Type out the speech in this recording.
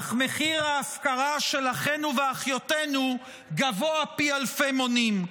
אך מחיר ההפקרה של אחינו ואחיותינו גבוה פי אלפי מונים.